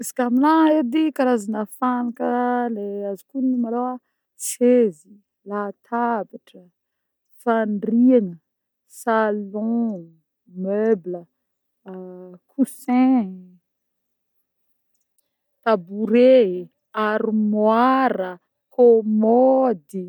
Izy koà amina edy karazagna fanaka le azoko ognona malôha: sezy, latabatra, fandriagna, salon, meuble, coussin, tabouret, armoira, comody.